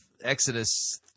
Exodus